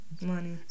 Money